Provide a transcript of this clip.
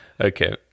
okay